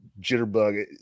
jitterbug